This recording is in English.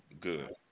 good